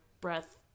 breath